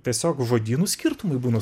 tiesiog žodynų skirtumai būna